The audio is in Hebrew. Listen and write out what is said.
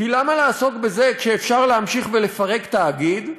כי למה לעסוק בזה כשאפשר להמשיך ולפרק תאגיד?